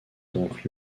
donc